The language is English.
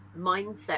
mindset